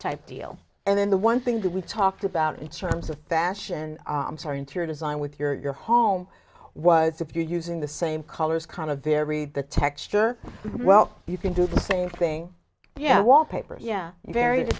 type deal and then the one thing that we've talked about in terms of fashion i'm sorry interior design with your home was if you're using the same colors kind of varied the texture well you can do the same thing but yeah wallpaper yeah very t